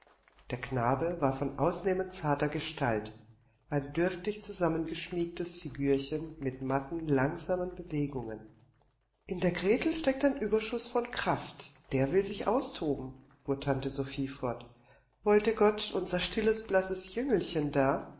der knabe war von ausnehmend zarter gestalt ein dürftig zusammengeschmiegtes figürchen mit matten langsamen bewegungen in der gretel steckt ein ueberschuß von kraft der will sich austoben fuhr tante sophie fort wollte gott unser stilles blasses jüngelchen da